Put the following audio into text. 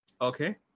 okay